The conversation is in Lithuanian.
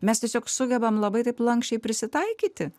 mes tiesiog sugebam labai taip lanksčiai prisitaikyti